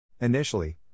Initially